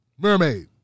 mermaid